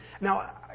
Now